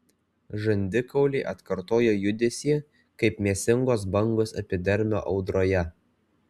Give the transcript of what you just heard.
žandikauliai atkartojo judesį kaip mėsingos bangos epidermio audroje